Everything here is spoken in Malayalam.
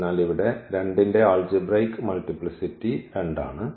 അതിനാൽ ഇവിടെ 2 ന്റെ അൽജിബ്രൈക് മൾട്ടിപ്ലിസിറ്റി 2 ആണ്